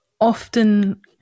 often